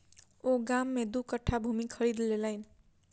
ओ गाम में दू कट्ठा भूमि खरीद लेलैन